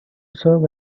serve